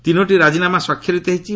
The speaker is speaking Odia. ତିନୋଟି ରାଜିନାମା ସ୍ୱାକ୍ଷରିତ ହୋଇଛି